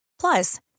Plus